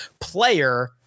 player